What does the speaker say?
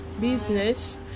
business